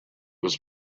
was